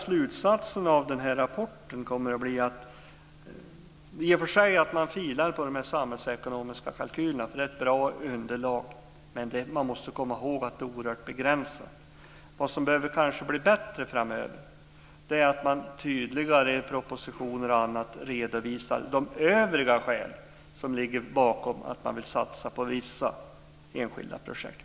Slutsatsen av rapporten kommer att bli att man filar på de samhällsekonomiska kalkylerna. De är ett bra underlag. Men man måste komma ihåg att det är oerhört begränsat. Det som behöver bli bättre och tydligare framöver är redovisningen i propositioner av övriga skäl för att vilja satsa på vissa enskilda projekt.